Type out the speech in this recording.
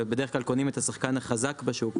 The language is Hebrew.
ובדרך כלל קונים את השחקן החזק בשוק,